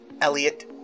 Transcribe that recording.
Elliot